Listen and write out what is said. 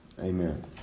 amen